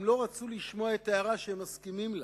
הם לא רצו לשמוע את ההערה שהם מסכימים לה.